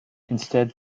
instead